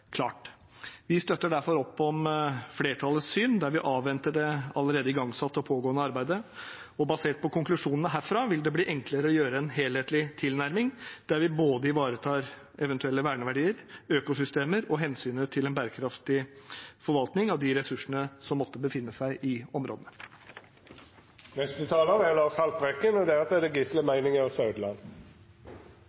klart. Vi støtter derfor opp om flertallets syn og avventer det allerede igangsatte og pågående arbeidet. Basert på konklusjonene fra det vil det bli enklere å ha en helhetlig tilnærming, der vi ivaretar både eventuelle verneverdier, økosystemer og hensynet til en bærekraftig forvaltning av de ressursene som måtte befinne seg i områdene. Sist uke fikk verden en svært alvorlig advarsel fra FNs naturpanel: Vi er